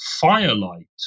firelight